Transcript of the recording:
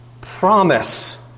promise